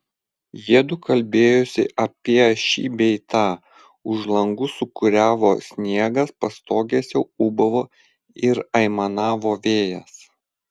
jiedu kalbėjosi apie šį bei tą už langų sūkuriavo sniegas pastogėse ūbavo ir aimanavo vėjas